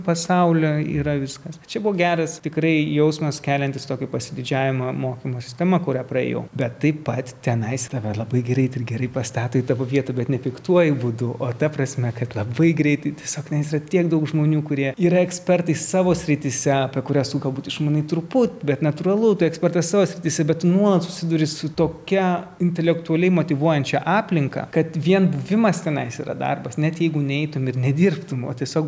pasaulio yra viskas čia buvo geras tikrai jausmas keliantis tokį pasididžiavimą mokymo sistema kuria praėjau bet taip pat tenais save labai greit ir gerai pastato į tavo vietą bet nepiktuoju būdu o ta prasme kad labai greitai tiesiog nyksta tiek daug žmonių kurie yra ekspertai savo srityse apie kurias galbūt išmanai truput bet natūralu tai ekspertas savo srityse bet nuolat susiduri su tokia intelektualiai motyvuojančią aplinką kad vien buvimas tenais yra darbas net jeigu neitum ir nedirbtum o tiesiog